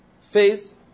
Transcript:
Faith